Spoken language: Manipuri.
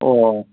ꯑꯣ